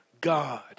God